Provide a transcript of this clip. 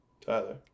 Tyler